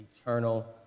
eternal